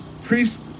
priest